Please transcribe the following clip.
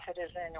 citizen